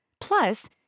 Plus